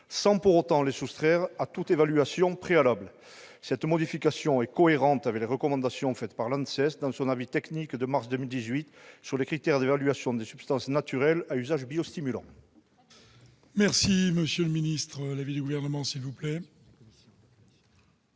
sans pour autant les soustraire à toute évaluation préalable. Une telle modification est cohérente avec les recommandations faites par l'ANSES dans son avis technique de mars 2018 sur les critères d'évaluation des substances naturelles à usage biostimulant.